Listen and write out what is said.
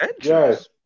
Yes